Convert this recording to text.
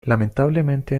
lamentablemente